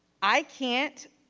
i can't